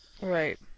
Right